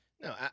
No